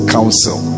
Council